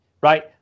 right